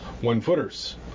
one-footers